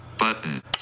Button